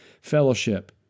fellowship